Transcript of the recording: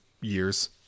years